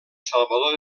salvador